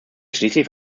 schließlich